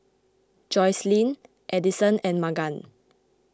Joycelyn Edison and Magan